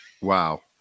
Wow